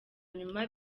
nyuma